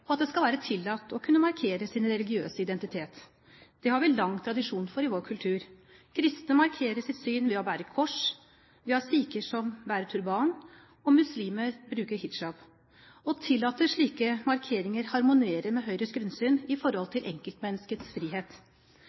og at det skal være tillatt å kunne markere sin religiøse identitet. Det har vi lang tradisjon for i vår kultur. Kristne markerer sitt syn ved å bære kors. Vi har sikher som bærer turban, og muslimer bruker hijab. Å tillate slike markeringer harmonerer med Høyres grunnsyn i forhold til enkeltmenneskets frihet.